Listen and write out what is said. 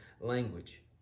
language